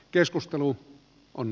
keskustelu on